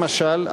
למשל,